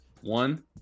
one